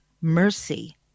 mercy